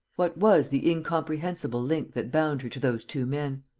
what was the incomprehensible link that bound her to those two men?